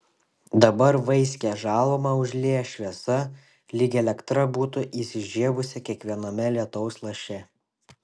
dabar vaiskią žalumą užlieja šviesa lyg elektra būtų įsižiebusi kiekviename lietaus laše